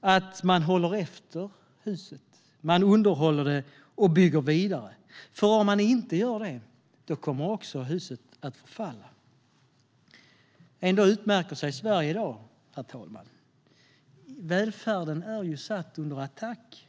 att man håller efter huset, underhåller det och bygger vidare. Om man inte gör det kommer huset att förfalla. Ändå utmärker sig Sverige i dag, herr talman. Välfärden är satt under attack.